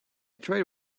tried